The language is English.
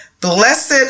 Blessed